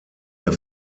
der